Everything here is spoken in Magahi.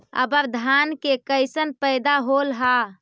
अबर धान के कैसन पैदा होल हा?